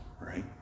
right